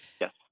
Yes